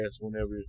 whenever